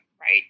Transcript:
right